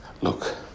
Look